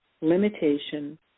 limitation